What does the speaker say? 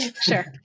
Sure